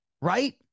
right